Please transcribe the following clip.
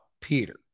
Peter